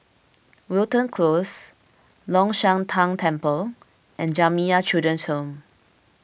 Wilton Close Long Shan Tang Temple and Jamiyah Children's Home